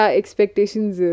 expectations